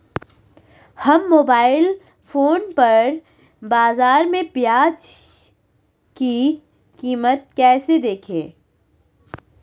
हम mobile phone पर बाज़ार में प्याज़ की कीमत कैसे देखें?